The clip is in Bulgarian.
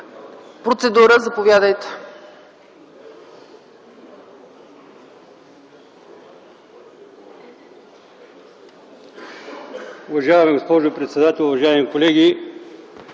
процедура – заповядайте.